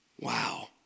Wow